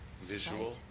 visual